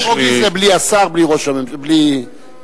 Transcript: יש לי, בוגי זה בלי השר, בלי תואר.